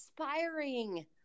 inspiring